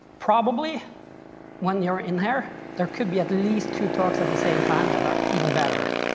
probably when you're in here, there could be at least two talks at the same time that are even better,